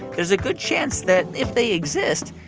there's a good chance that if they exist,